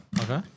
Okay